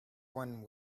one